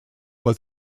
but